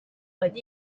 but